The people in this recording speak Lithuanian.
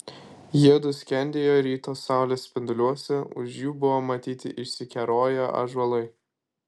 jiedu skendėjo ryto saulės spinduliuose už jų buvo matyti išsikeroję ąžuolai